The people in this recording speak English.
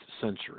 century